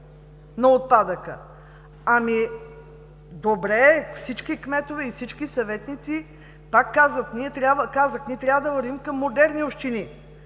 на отпадъка. Ами добре, всички кметове и всички съветници, пак казах, трябва да вървим към модерни общини,